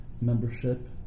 membership